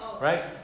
right